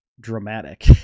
dramatic